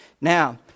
Now